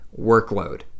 workload